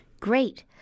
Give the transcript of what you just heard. Great